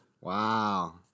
Wow